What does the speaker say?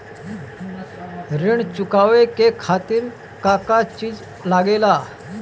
ऋण चुकावे के खातिर का का चिज लागेला?